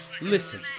Listen